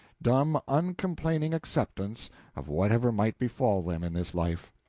dumb uncomplaining acceptance of whatever might befall them in this life.